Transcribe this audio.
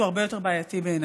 הוא הרבה יותר בעייתי בעיניי.